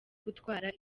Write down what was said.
gutwara